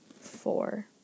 four